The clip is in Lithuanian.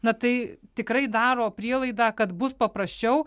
na tai tikrai daro prielaidą kad bus paprasčiau